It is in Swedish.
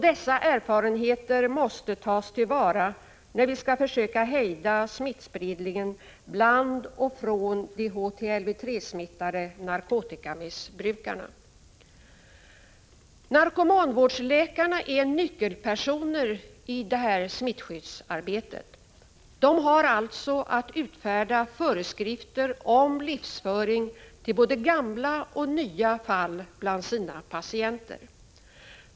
Dessa erfarenheter måste tas till vara, när vi skall försöka hejda smittspridningen bland och från de HTLV-III-smittade narkotikamissbrukarna. Narkomanvårdsläkarna är nyckelpersoner i detta smittskyddsarbete. De har alltså att utfärda föreskrifter om livsföring till både gamla och nya fall bland sina patienter.